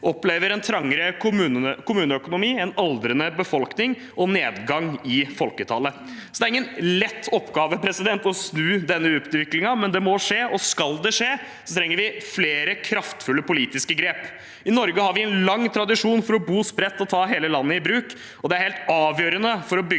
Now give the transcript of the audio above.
opplever en trangere kommuneøkonomi, en aldrende befolkning og nedgang i folketallet. Det er ingen lett oppgave å snu denne utviklingen, men det må skje, og skal det skje, trenger vi flere kraftfulle politiske grep. I Norge har vi en lang tradisjon for å bo spredt og ta hele landet i bruk, og det er helt avgjørende for å bygge